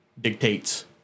dictates